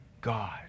God